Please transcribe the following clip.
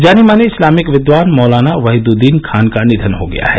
जाने माने इस्लामिक विद्वान मौलाना वहीदुद्दीन खान का निधन हो गया है